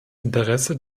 interesse